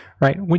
right